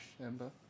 Ember